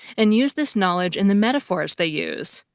and use this knowledge in the metaphors they use.